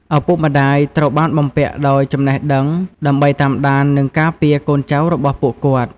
ឪពុកម្តាយត្រូវបានបំពាក់ដោយចំណេះដឹងដើម្បីតាមដាន និងការពារកូនចៅរបស់ពួកគាត់។